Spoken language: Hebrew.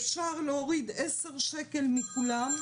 אפשר להוריד עשר שקל מכולם,